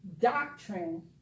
doctrine